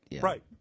Right